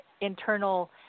internal